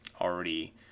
already